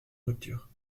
rupture